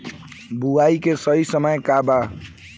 बुआई के सही समय का वा?